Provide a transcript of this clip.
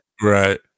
Right